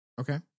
Okay